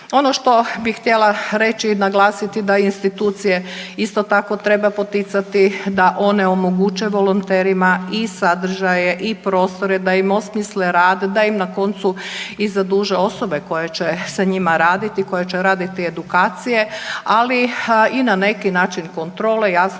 Ono što bih htjela reći i naglasiti da institucije isto tako, treba poticati da one omoguće volonterima i sadržaje i prostore, da im osmisle rad, da im na koncu i zaduže osobe koje će sa njima raditi, koje će raditi edukacije, ali i na neki način kontrole, jasno,